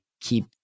keep